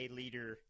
leader